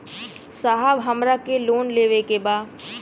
साहब हमरा के लोन लेवे के बा